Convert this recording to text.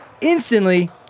instantly